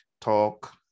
talk